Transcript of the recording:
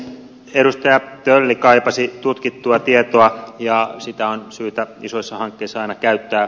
edustaja tölli kaipasi tutkittua tietoa ja sitä on syytä isoissa hankkeissa aina käyttää